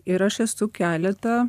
ir aš esu keletą